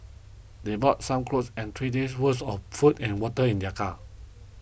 they bought some clothes and three days' worth of food and water in their car